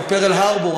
בפרל הארבור,